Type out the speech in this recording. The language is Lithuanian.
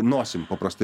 nosim paprastai